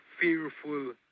fearful